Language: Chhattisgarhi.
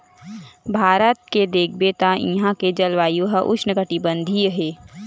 भारत के देखबे त इहां के जलवायु ह उस्नकटिबंधीय हे